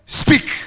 speak